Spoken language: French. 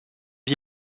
les